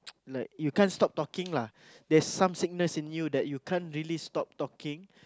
like you can't stop talking lah there's some sickness in you that you can't really stop talking